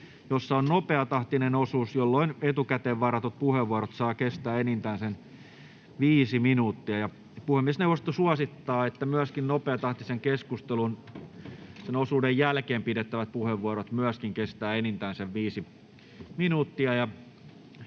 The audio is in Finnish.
jossa on nopeatahtinen osuus, jolloin etukäteen varatut puheenvuorot saavat kestää enintään viisi minuuttia. Puhemiesneuvosto suosittaa, että myös nopeatahtisen keskusteluosuuden jälkeen pidettävät puheenvuorot kestävät enintään viisi minuuttia.